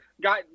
got